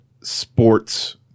sports